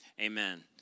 Amen